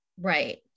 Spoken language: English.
Right